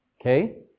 Okay